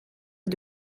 est